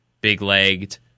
big-legged